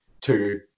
two